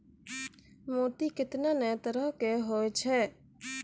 मोती केतना नै तरहो के होय छै